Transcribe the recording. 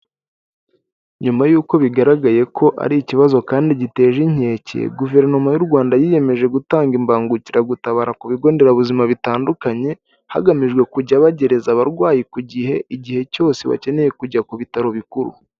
Nyuma y'uko bigaragaye ko ari ikibazo kandi giteje inkeke guverinoma y'u Rwanda yiyemeje gutanga imbangukiragutabara ku bigo nderabuzima bitandukanye, hagamijwe kujya bagereza abarwayi ku gihe, igihe cyose bakeneye kujya ku bitaro bikuru.